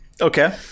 okay